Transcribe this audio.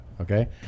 Okay